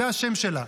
זה השם שלה,